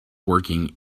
working